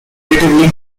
relatively